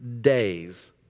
days